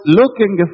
looking